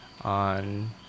on